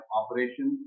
operation